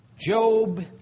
Job